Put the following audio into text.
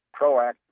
proactive